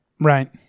Right